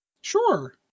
sure